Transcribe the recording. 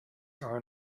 are